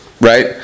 right